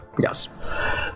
yes